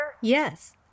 Yes